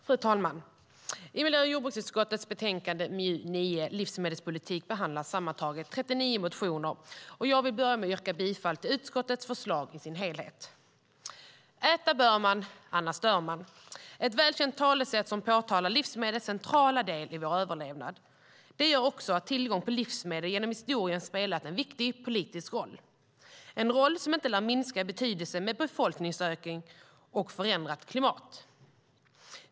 Fru talman! I miljö och jordbruksutskottets betänkande MJU9, Livsmedelspolitik , behandlas sammantaget 39 motioner, och jag vill börja med att yrka bifall till utskottets förslag i dess helhet. Äta bör man, annars dör man. Det är ett välkänt talesätt som påtalar livsmedlens centrala del i vår överlevnad. Det gör också att tillgången på livsmedel genom historien spelat en viktig politisk roll. Det är en roll som inte lär minska i betydelse med befolkningsökning och förändrat klimat.